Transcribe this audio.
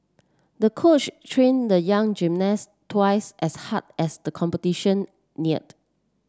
the coach trained the young gymnast twice as hard as the competition neared